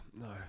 No